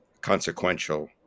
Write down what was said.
consequential